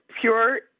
pure